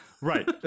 right